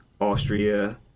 Austria